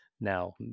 now